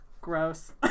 gross